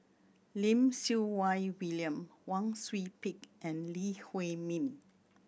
Lim Siew Wai William Wang Sui Pick and Lee Huei Min